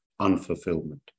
unfulfillment